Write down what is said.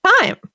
time